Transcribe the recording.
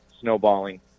snowballing